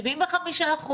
75%,